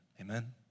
Amen